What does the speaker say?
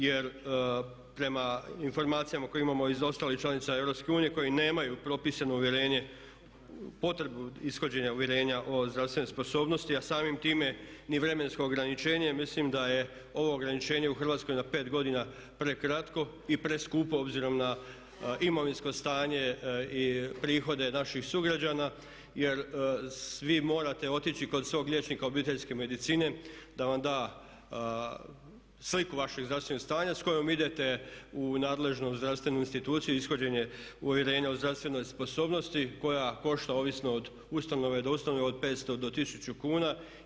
Jer prema informacijama koje imamo iz ostalih članica EU koji nemaju propisano uvjerenje, potrebu ishođenja uvjerenja o zdravstvenoj sposobnosti a samim time ni vremensko ograničenje mislim da je ovo ograničenje u Hrvatskoj na 5 godina prekratko i preskupo obzirom na imovinsko stanje i prihode naših sugrađana jer svi morate otići kod svog liječnika obiteljske medicine da vam da sliku vašeg zdravstvenog stanja s kojom idete u nadležnu zdravstvenu instituciju ishođenje uvjerenja o zdravstvenoj sposobnosti koja košta ovisno od ustanove do ustanove, od 500 do 1000 kuna.